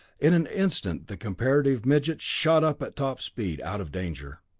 in an instant the comparative midget shot up at top speed, out of danger.